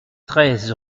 treize